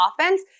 offense